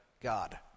God